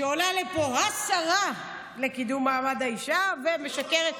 כשעולה לפה השרה לקידום מעמד האישה ומשקרת,